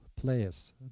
players